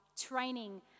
training